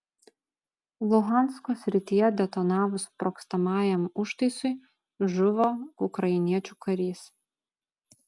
luhansko srityje detonavus sprogstamajam užtaisui žuvo ukrainiečių karys